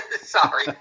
Sorry